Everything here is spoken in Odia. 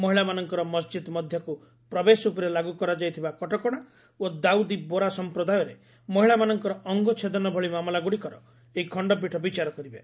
ମହିଳାମାନଙ୍କର ମସଜିଦ ମଧ୍ୟକୃ ପ୍ରବେଶ ଉପରେ ଲାଗୁ କରାଯାଇଥିବା କଟକଣା ଓ ଦାଉଦି ବୋରା ସଂପ୍ରଦାୟରେ ମହିଳାମାନଙ୍କର ଅଙ୍ଗ ଛେଦନ ଭଳି ମାମଲାଗୁଡ଼ିକର ଏହି ଖଣ୍ଡପୀଠ ବିଚାର କରିବେ